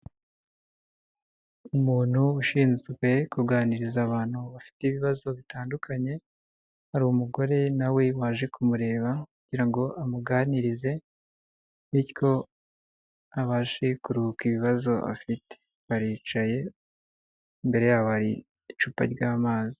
Umuntu ushinzwe kuganiriza abantu bafite ibibazo bitandukanye, hari umugore nawe waje kumureba kugira ngo amuganirize bityo abashe kuruhuka ibibazo afite. Baricaye, imbere yabo hari icupa ry'amazi.